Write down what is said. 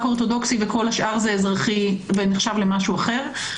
אורתודוקסי וכל השאר זה אזרחי ונחשב למשהו אחר,